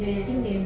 mm